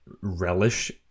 relish